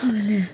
ಆಮೇಲೆ